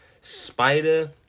Spider